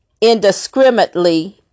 indiscriminately